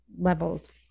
levels